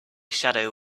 shadow